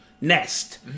nest